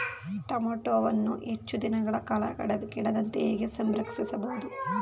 ಟೋಮ್ಯಾಟೋವನ್ನು ಹೆಚ್ಚು ದಿನಗಳ ಕಾಲ ಕೆಡದಂತೆ ಹೇಗೆ ಸಂರಕ್ಷಿಸಬಹುದು?